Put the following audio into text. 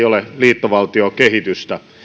ole liittovaltiokehitystä